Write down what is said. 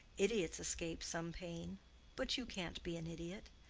idiots escape some pain but you can't be an idiot.